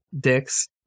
dicks